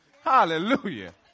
Hallelujah